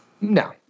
No